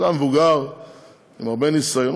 אדם מבוגר עם הרבה ניסיון,